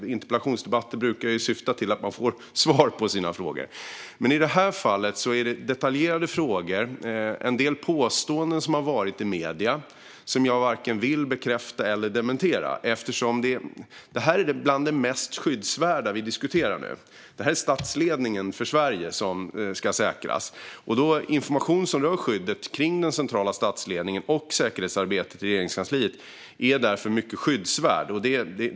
Interpellationsdebatter brukar ju syfta till att man ska få svar på sina frågor. Men i det här fallet är det detaljerade frågor och en del påståenden i medierna som jag inte vill vare sig bekräfta eller dementera eftersom det vi diskuterar nu är bland det mest skyddsvärda. Det är statsledningen för Sverige som ska säkras. Information som rör skyddet kring den centrala statsledningen och säkerhetsarbetet i Regeringskansliet är därför mycket skyddsvärd.